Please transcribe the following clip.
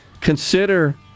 consider